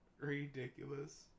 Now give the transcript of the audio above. ridiculous